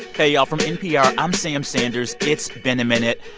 hey y'all. from npr, i'm sam sanders. it's been a minute.